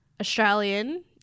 Australian –